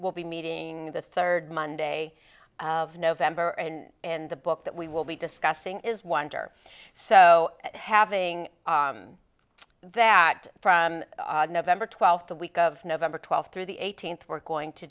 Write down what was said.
will be meeting the third monday of november and the book that we will be discussing is wonder so having that from november twelfth the week of november twelfth through the eighteenth we're going to